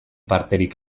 parterik